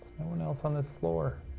no one else on this floor.